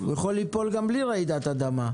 הוא יכול ליפול גם בלי רעידת אדמה.